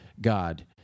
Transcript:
God